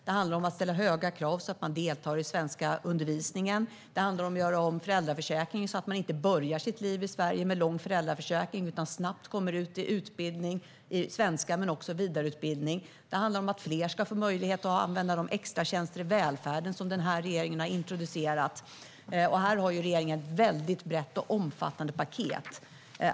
Det handlar om att ställa höga krav på dessa människor att delta i undervisning i svenska. Det handlar om att göra om föräldraförsäkringen, så att man inte börjar sitt liv i Sverige med en lång föräldraledighet utan snabbt kommer ut i utbildning i svenska och även vidareutbildning. Det handlar om att fler ska få möjlighet att använda de extratjänster i välfärden som denna regering har introducerat. Och här har regeringen ett mycket brett och omfattande paket.